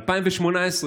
ב-2018,